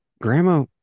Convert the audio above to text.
grandma